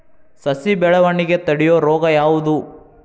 ಸಸಿ ಬೆಳವಣಿಗೆ ತಡೆಯೋ ರೋಗ ಯಾವುದು?